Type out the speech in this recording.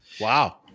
Wow